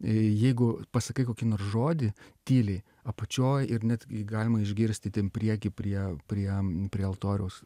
ė jeigu pasakai kokį nors žodį tyliai apačioj ir netgi galima išgirsti ten prieky prie priem prie altoriaus